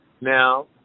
Now